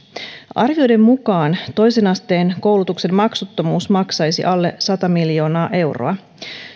arvioiden mukaan toisen asteen koulutuksen maksuttomuus maksaisi alle sata miljoonaa euroa